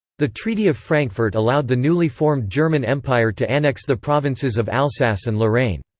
the treaty of frankfurt allowed the newly formed german empire to annex the provinces of alsace and lorraine.